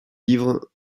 livres